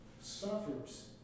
suffers